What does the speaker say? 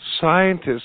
scientists